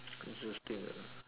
interesting ah